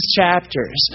chapters